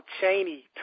Cheney